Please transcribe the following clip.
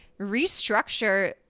restructure